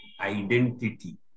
identity